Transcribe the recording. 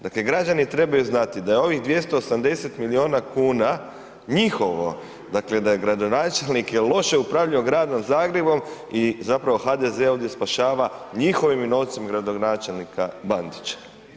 Dakle, građani trebaju znati da je ovih 280 milijuna kuna njihovo, dakle da je, gradonačelnik je loše upravljao Gradom Zagrebom i zapravo HDZ ovdje spašava njihovim novcima gradonačelnika Bandića.